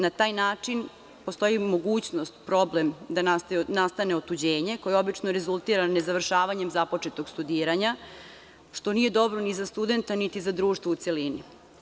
Na taj način postoji mogućnost, problem, da nastane otuđenje koje obično rezultira nezavršavanjem započetog studiranja, što nije dobro ni za studenta, niti za društvo u celini.